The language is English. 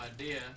idea